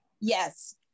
Yes